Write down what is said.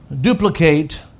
duplicate